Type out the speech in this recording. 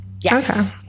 Yes